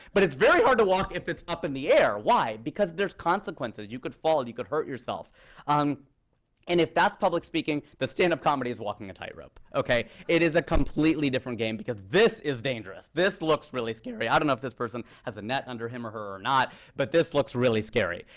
but it's very hard to walk if it's up in the air. why? because there's consequences. you could fall. you could hurt yourself. um and if that's public speaking, then stand-up comedy is walking a tight rope. ok? it is a completely different game, because this is dangerous. this looks really scary. i don't know if this person has a net under him or her or not, but this looks really scary.